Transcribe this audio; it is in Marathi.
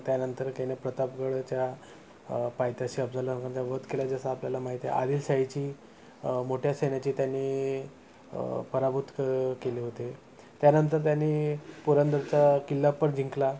त्यानंतर त्याने प्रतापगडच्या पायथ्याशी अफजलखानाच्या वध केला जसं आपल्याला माहिती आहे आदिलशाहीची मोठ्या सैन्याची त्यांनी पराभूत क केले होते त्यानंतर त्यानी पुरंदरचा किल्ला पण जिंकला